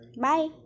Bye